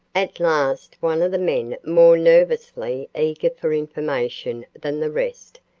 at last one of the men, more nervously eager for information than the rest,